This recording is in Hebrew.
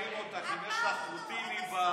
אם שואלים אותך אם יש לך חוטיני בארון,